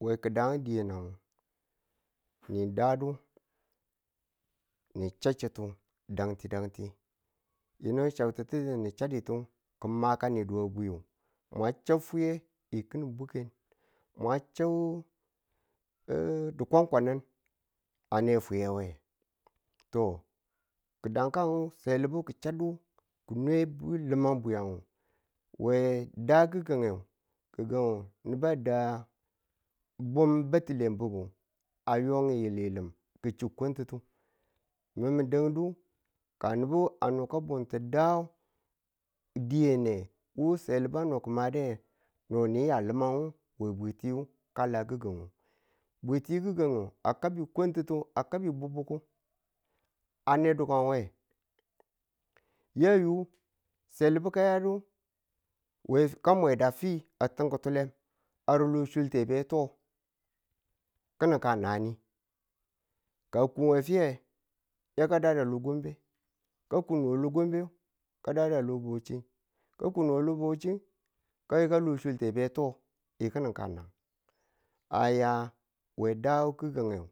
we ki̱dang diyu ni dadu ni cha chitu dangtidangti yinu cha btitu ni chaditu ki makani we bwiyu mwa cha fwiye nge ki̱nin bugen mwa cha dukwankwanang ane fwiye we to kịdankang selebu ki̱ chadu ki̱ nwe limang bwiyang we da gi̱gang nubu a da bum batilenu a yo yelimyelim ki̱ chi kuntutu we me dandu ka no nubu ka bunto da dna wu selibu a no ki̱ made yoni ya limang we bwitiyu ka la gi̱gangu. bwiti gi̱gang nge a kabi kwantitu a kabi kukbuku a ne dukan we yayu selibu ka yado ka mwa da fi a tim ki̱tule har lo sunte to ki̱nin ka nani. ka a kun we fiye, ya ka dadu a lo Gombe, ka kunu we lo Gombe yaka dadu we lo Bauchi, ka kunu we lo bauchi ka yika lo sunte ng ti ki̱nin ka nang aya we da gi̱gang,,